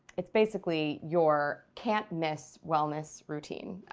it's basically your can't miss wellness routine,